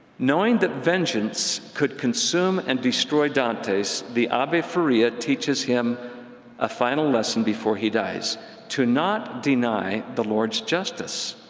knowing that vengeance could consume and destroy dantes, the abbe faria teaches him a final lesson before he dies to not deny the lord's justice.